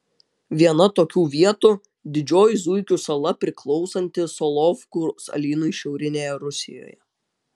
viena tokių vietų didžioji zuikių sala priklausanti solovkų salynui šiaurinėje rusijoje